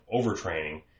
overtraining